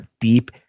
deep